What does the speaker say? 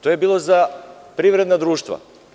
To je bilo za privredna društva.